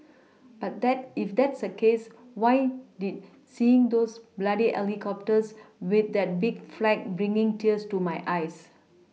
but that if that's a case why did seeing those bloody helicopters with that big flag bring tears to my eyes